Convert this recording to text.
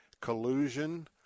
collusion